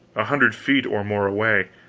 a hundred feet or more away.